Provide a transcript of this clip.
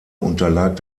unterlag